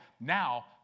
Now